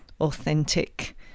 authentic